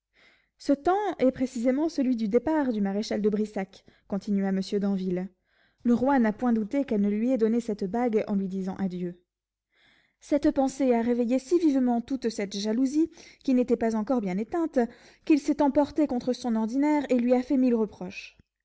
ce temps est précisément celui du départ du maréchal de brissac continua monsieur d'anville le roi n'a point douté qu'elle ne lui ait donné la bague en lui disant adieu cette pensée a réveillé si vivement toute cette jalousie qui n'était pas encore bien éteinte qu'il s'est emporté contre son ordinaire et lui a fait mille reproches